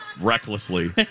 recklessly